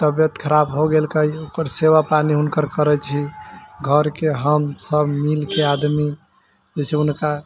तबियत खराब हो गेलकै ओकर सेवा पानि हुनकर करै छी घरके हमसभ मिलके आदमी जैसे हुनका